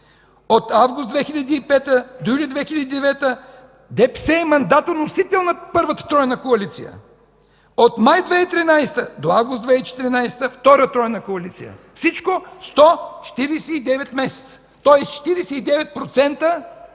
от август 2005 г. до юли 2009 г. ДПС е мандатоносител на първата тройна коалиция; от май 2013 г. до август 2014 г., втора тройна коалиция – всичко 149 месеца, тоест 49%